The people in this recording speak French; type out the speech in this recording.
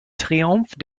triomphe